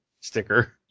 sticker